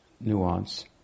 nuance